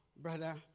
brother